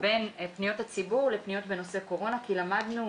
בין פניות הציבור לפניות בנושא קורונה כי למדנו